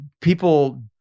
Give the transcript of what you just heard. people